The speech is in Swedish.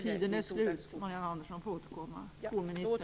Tiden är slut. Marianne Andersson får återkomma.